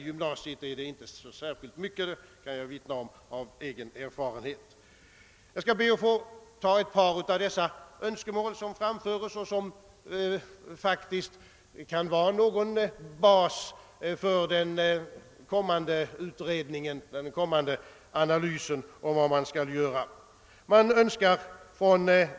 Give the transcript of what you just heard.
Gymnasiet är inte lika problemfyllt, det kan jag vittna om av egen erfarenhet. Jag ber alltså att få anföra några av dessa önskemål, som ju kan vara en bas för den kommande utredningen och analysen av vad som därvid skall göras.